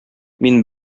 мин